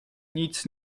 nic